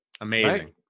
amazing